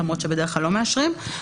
למרות שבדרך כלל לא מאשרים דבר דומה.